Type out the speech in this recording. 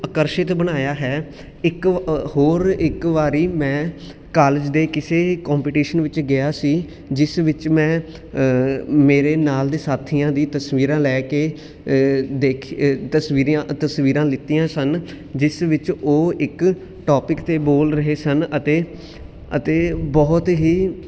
ਆਕਰਸ਼ਿਤ ਬਣਾਇਆ ਹੈ ਇੱਕ ਹੋਰ ਇੱਕ ਵਾਰੀ ਮੈਂ ਕਾਲਜ ਦੇ ਕਿਸੇ ਕੋਪੀਟੀਸ਼ਨ ਵਿੱਚ ਗਿਆ ਸੀ ਜਿਸ ਵਿੱਚ ਮੈਂ ਮੇਰੇ ਨਾਲ ਦੇ ਸਾਥੀਆਂ ਦੀਆਂ ਤਸਵੀਰਾਂ ਲੈ ਕੇ ਦੇਖੀ ਤਸਵੀਰਾਂ ਤਸਵੀਰਾਂ ਲਿੱਤੀਆਂ ਸਨ ਜਿਸ ਵਿੱਚ ਉਹ ਇੱਕ ਟੋਪਿਕ 'ਤੇ ਬੋਲ ਰਹੇ ਸਨ ਅਤੇ ਅਤੇ ਬਹੁਤ ਹੀ